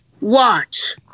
Watch